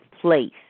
place